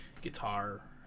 guitar